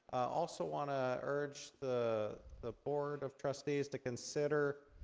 also wanna urge the the board of trustees to consider